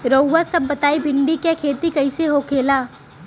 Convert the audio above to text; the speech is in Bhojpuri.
रउआ सभ बताई भिंडी क खेती कईसे होखेला?